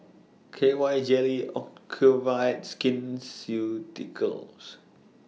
K Y Jelly Ocuvite Skin Ceuticals